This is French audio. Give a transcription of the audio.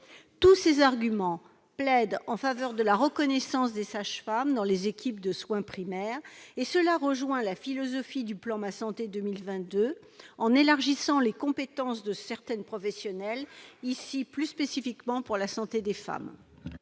Tous ces arguments plaident en faveur de la reconnaissance des sages-femmes dans les équipes de soins primaires, conformément à la philosophie du plan Ma santé 2022, et de l'élargissement des compétences de certaines professionnelles, s'agissant plus spécifiquement de la santé des femmes.